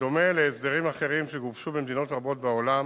הדומה להסדרים אחרים שגובשו במדינות רבות בעולם,